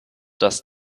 dass